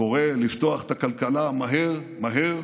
קורא לפתוח את הכלכלה מהר מהר.